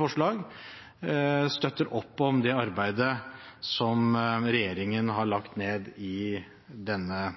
forslaget – støtter opp om det arbeidet som regjeringen har lagt ned i denne